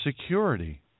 security